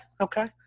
Okay